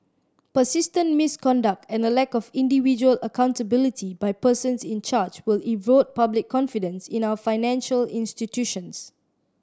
persistent misconduct and a lack of individual accountability by persons in charge will erode public confidence in our financial institutions